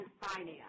finance